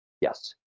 Yes